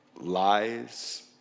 lies